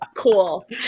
Cool